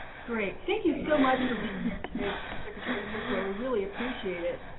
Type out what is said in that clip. great, thank you so much for being here today secretary strickler. we really appreciate it.